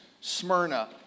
Smyrna